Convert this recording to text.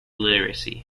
literacy